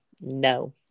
No